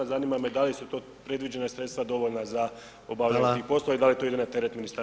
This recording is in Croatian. Zanima me da li su to predviđena sredstva dovoljna za obavljanje tih poslova [[Upadica predsjednik: Hvala.]] i da li to ide na teret MUP-a?